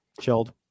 chilled